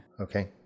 Okay